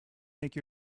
make